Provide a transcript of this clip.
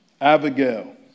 Abigail